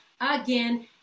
again